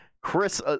Chris